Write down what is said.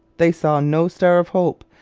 they saw no star of hope,